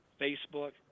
Facebook